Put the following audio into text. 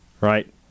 right